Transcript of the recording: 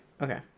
Okay